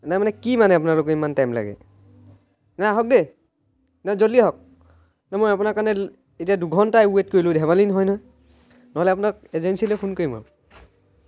নাই মানে কি মানে আপোনালোকে ইমান টাইম লাগে নাই আহক দেই নাই জলদি আহক নাই মই আপোনাৰ কাৰণে এতিয়া দুঘণ্টা ৱেইট কৰিলোঁ ধেমালি নহয় নহয় নহ'লে আপোনাক এজেঞ্চিলৈ ফোন কৰিম আৰু